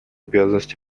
обязанности